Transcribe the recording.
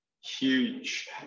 huge